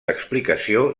explicació